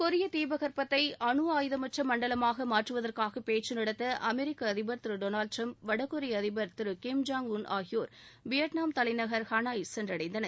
கொரிய தீபகற்கத்தை அனுஆயுதமற்ற மண்டலமாக மாற்றுவதற்காக பேச்சுநடத்த அமெரிக்க அதிபர் திரு டொனால்டு டிரம்ப் வடகொரிய அதிபர் திரு கிம் ஜோங் உன் ஆகியோர் வியட்நாம் தலைநகர் ஹனாய் சென்றடைந்தனர்